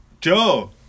Joe